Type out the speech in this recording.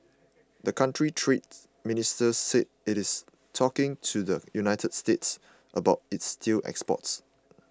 the country's trade ministry said it is talking to the United States about its steel exports